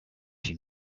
she